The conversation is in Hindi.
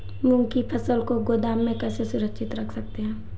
मूंग की फसल को गोदाम में कैसे सुरक्षित रख सकते हैं?